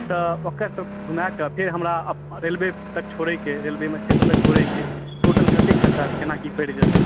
तऽ ओकरा सभकेँ घुमाकऽ फेर हमरा रेलवे तक छोड़ैके रेलवे स्टेशन तक छोड़ैके टोटल कते खर्चा केना की पड़ि जेतै